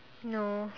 no